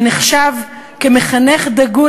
שנחשב מחנך דגול,